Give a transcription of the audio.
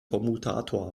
kommutator